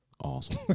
Awesome